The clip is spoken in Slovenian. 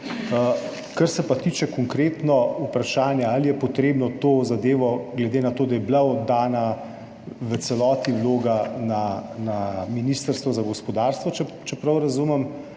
Kar se pa tiče konkretno vprašanja. Ali je potrebno to zadevo, glede na to, da je bila oddana v celoti vloga na ministrstvo za gospodarstvo, če prav razumem,